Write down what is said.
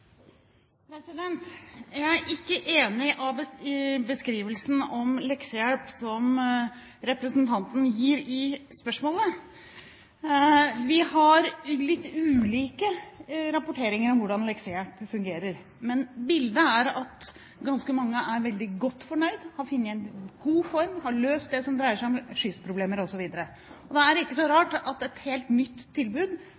Jeg er ikke enig i den beskrivelsen av leksehjelp som representanten gir i spørsmålet. Vi har litt ulike rapporteringer om hvordan leksehjelp fungerer, men bildet er at ganske mange er veldig godt fornøyd, har funnet en god form, og man har løst det som dreier seg om skyssproblemer osv. Det er ikke så